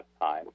time